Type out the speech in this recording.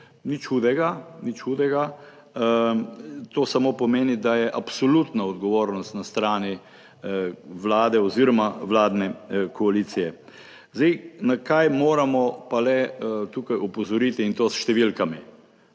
Nič hudega. Nič hudega. To samo pomeni, da je absolutna odgovornost na strani vlade oziroma vladne koalicije, zdaj, na kaj moramo pa le tukaj opozoriti in to s številkami.